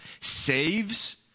saves